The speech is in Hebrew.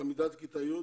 תלמידת כיתה י',